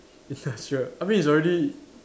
industrial I mean it's already